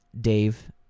Dave